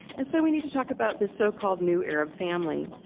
and so we need to talk about this so-called new arab family.